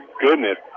goodness